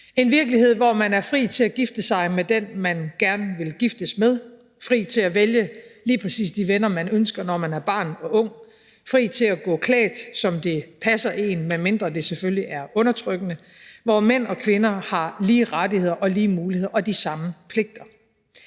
en virkelighed, hvor man er fri til at gifte sig med den, man gerne vil giftes med; fri til at vælge lige præcis de venner, man ønsker sig, når man er barn og ung; fri til at gå klædt, som det passer en, medmindre det selvfølgelig er undertrykkende. Det er en virkelighed, hvor mænd og kvinder har lige rettigheder og lige muligheder og de samme pligter.